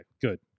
good